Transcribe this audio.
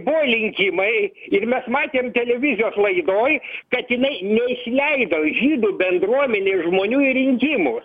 buvo linkimai ir mes matėm televizijos laidoj kad jinai neįsileido žydų bendruomenė žmonių į rinkimus